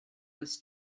was